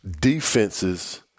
defenses –